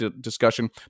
discussion